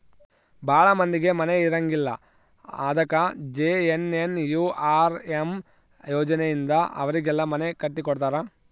ಭಾಳ ಮಂದಿಗೆ ಮನೆ ಇರಂಗಿಲ್ಲ ಅದಕ ಜೆ.ಎನ್.ಎನ್.ಯು.ಆರ್.ಎಮ್ ಯೋಜನೆ ಇಂದ ಅವರಿಗೆಲ್ಲ ಮನೆ ಕಟ್ಟಿ ಕೊಡ್ತಾರ